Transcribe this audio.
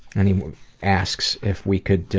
and, he asks if we could,